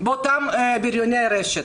באותם בריוני רשת.